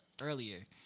earlier